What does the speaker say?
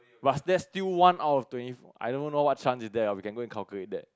but that's still one out twenty four I don't know what chance is that you can go and calculate that